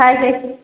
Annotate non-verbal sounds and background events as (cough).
(unintelligible)